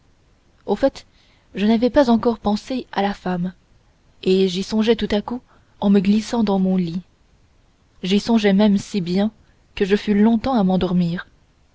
au fait je n'avais pas encore pensé à la femme et j'y songeai tout à coup en me glissant dans mon lit j'y songeai même si bien que je fus longtemps à m'endormir